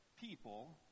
people